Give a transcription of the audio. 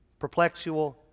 perplexual